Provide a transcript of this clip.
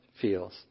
feels